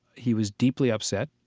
he was deeply upset,